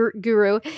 guru